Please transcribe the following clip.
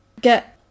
get